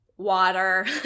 water